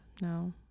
No